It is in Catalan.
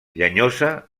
llenyosa